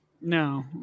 No